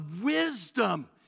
wisdom